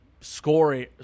scoring